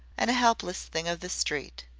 and a helpless thing of the street.